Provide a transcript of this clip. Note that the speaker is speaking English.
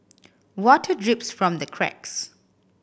water drips from the cracks